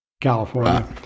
California